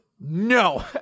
No